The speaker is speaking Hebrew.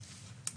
(שקף: